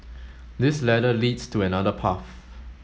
this ladder leads to another path